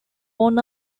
worn